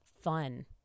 fun